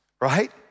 right